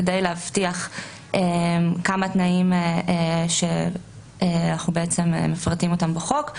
כדי להבטיח כמה תנאים שאנחנו מפרטים בחוק,